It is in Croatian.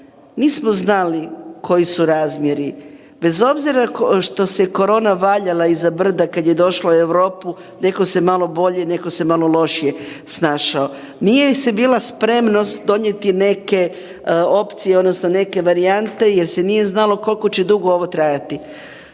Nismo znali koji su razmjeri bez obzira što se korona valjala iza brda kad je došla u Europu, netko se malo bolje, netko se malo lošije snašao. Nije se bila spremnost donijeti neke opcije odnosno neke varijante jer se nije znalo koliko će dugo ovo trajati.